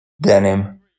Denim